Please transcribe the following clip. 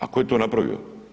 A ko je to napravio?